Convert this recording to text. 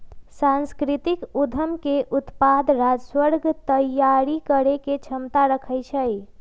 सांस्कृतिक उद्यम के उत्पाद राजस्व तइयारी करेके क्षमता रखइ छै